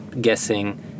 guessing